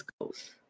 goes